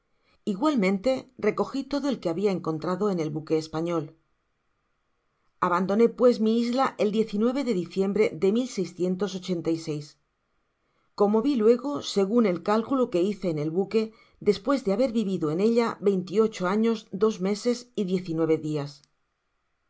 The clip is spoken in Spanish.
igualmente recogi todo el que habia encontrado en el buque español j abandonó pues mi isla el de diciembre de como vi luego segun el cálculo que hice én el buque despues de haber vivido en ella veinte y ocho años dos meses y diez y nueve dias